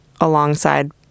alongside